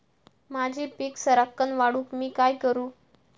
माझी पीक सराक्कन वाढूक मी काय करू?